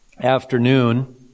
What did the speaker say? afternoon